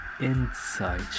inside